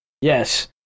Yes